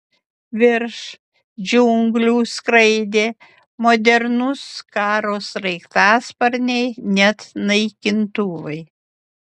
virš džiunglių skraidė modernūs karo sraigtasparniai net naikintuvai